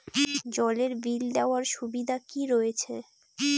জলের বিল দেওয়ার সুবিধা কি রয়েছে?